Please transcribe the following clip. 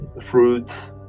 fruits